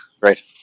Right